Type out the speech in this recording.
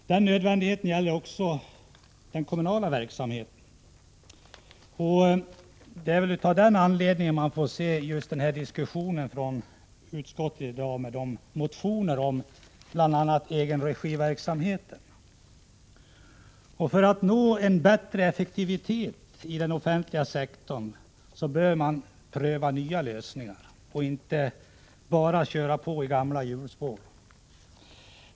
Denna nödvändighet gäller också den kommunala verksamheten. Det är väl mot den bakgrunden man får se utskottets diskussion med anledning av motionerna om bl.a. egenregiverksamheten. För att nå en bättre effektivitet i den offentliga sektorn bör man pröva nya lösningar och inte bara köra på i gamla hjulspår.